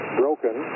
broken